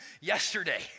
yesterday